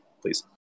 please